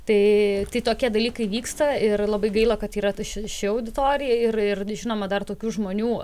tai tokie dalykai vyksta ir labai gaila kad yra tas šia ši auditorijai ir ir žinoma dar tokių žmonių